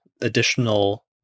additional